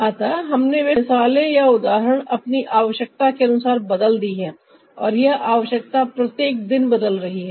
अतः हमने वे सभी मिसालें या उदाहरण अपनी आवश्यकता के अनुसार बदल दी हैं और यह आवश्यकता प्रत्येक दिन बदल रही है